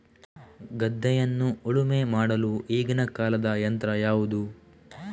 ಗದ್ದೆಯನ್ನು ಉಳುಮೆ ಮಾಡಲು ಈಗಿನ ಕಾಲದ ಯಂತ್ರ ಯಾವುದು?